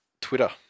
Twitter